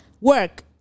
work